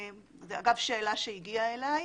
אגב, זו שאלה שהגיעה אלי,